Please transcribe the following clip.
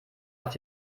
auf